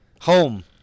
Home